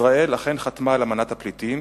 ישראל אכן חתמה על האמנה בדבר מעמדם של פליטים,